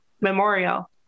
Memorial